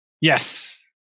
Yes